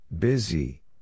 Busy